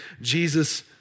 Jesus